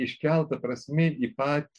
iškelta prasmė į pat